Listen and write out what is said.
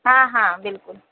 ہاں ہاں بالکل